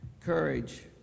courage